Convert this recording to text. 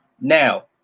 Now